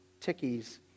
tickies